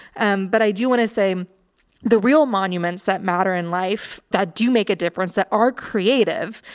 um, but i do want to say the real monuments that matter in life that do make a difference, that are creative.